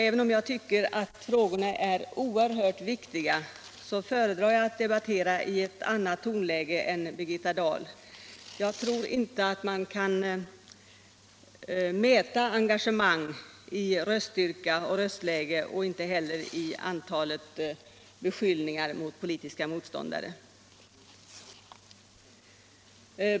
Även om jag tycker att frågorna är oerhört viktiga föredrar jag att debattera i ett annat tonläge än Birgitta Dahl. Jag tror inte att man kan mäta engagemang i röststyrka och röstläge och inte heller i antalet beskyllningar mot politiska motståndare.